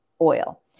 oil